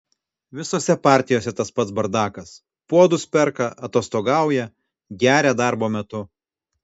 visose partijose tas pats bardakas puodus perka atostogauja geria darbo metu